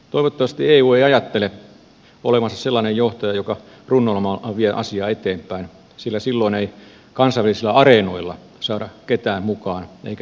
toivottavasti eu ei ajattele olevansa sellainen johtaja joka runnomalla vie asiaa eteenpäin sillä silloin ei kansainvälisillä areenoilla saada ketään mukaan eikä mitään aikaan